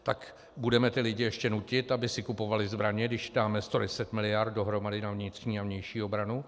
Tak budeme ty lidi ještě nutit, aby si kupovali zbraně, když dáme 110 mld. dohromady na vnitřní a vnější obranu?